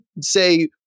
say